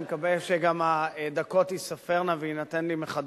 אני מקווה שגם הדקות תיספרנה לי ויינתן לי מחדש,